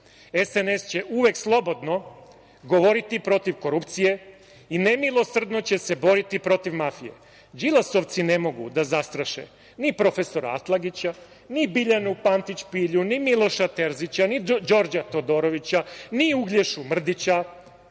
će uvek slobodno govoriti protiv korupcije i nemilosrdno će se boriti protiv mafije. Đilasovci ne mogu da zastraše ni profesora Atlagića, ni Biljanu Pantić Pilju, ni Miloša Terzića, ni Đorđa Todorovića, ni Uglješu Mrdića,